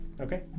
Okay